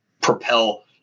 propel